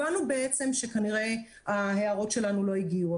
הבנו בעצם שכנראה ההערות שלנו לא הגיעו,